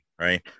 right